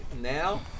now